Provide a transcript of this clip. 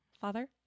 Father